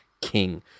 king